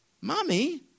Mommy